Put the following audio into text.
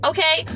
Okay